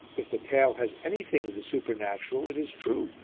if the tale has anything of the supernatural it is true,